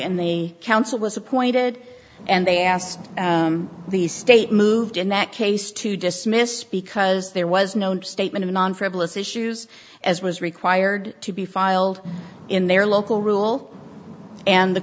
and the counsel was appointed and they asked the state moved in that case to dismiss because there was no statement of non frivolous issues as was required to be filed in their local rule and the